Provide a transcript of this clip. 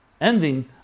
ending